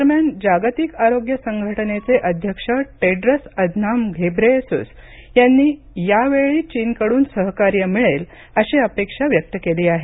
दरम्यान जागतिक आरोग्य संघटनेचे अध्यक्ष टेड्रस अधनॉम घेब्रेयेसुस यांनी यावेळी चीनकडून सहकार्य मिळेल अशी अपेक्षा व्यक्त केली आहे